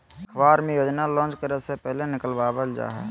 अखबार मे योजना को लान्च करे से पहले निकलवावल जा हय